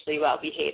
well-behaved